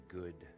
good